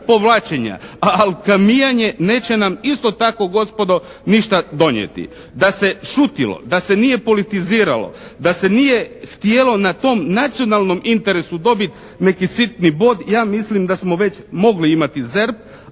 povlačenja. Ali alkemijanje neće nam isto tako gospodo ništa donijeti. Da se šutjelo, da se nije politiziralo, da se nije htjelo na tom nacionalnom interesu dobiti neki sitni bod ja mislim da smo već mogli imati ZERP,